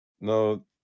No